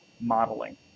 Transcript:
modeling